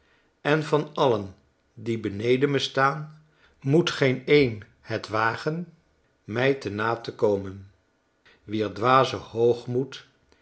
en van alien die beneden me staan moet geen een het wagen mij te na te komen wier dwaze hoogmoed